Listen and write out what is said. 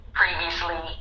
previously